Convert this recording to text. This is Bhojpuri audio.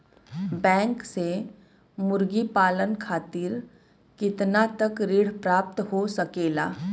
बैंक से मुर्गी पालन खातिर कितना तक ऋण प्राप्त हो सकेला?